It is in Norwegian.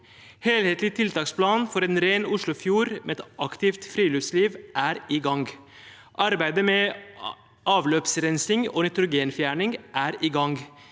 Helhetlig tiltaksplan for en ren oslofjord med et aktivt friluftsliv er i gang. Arbeidet med avløpsrensing og nitrogenfjerning er i gang.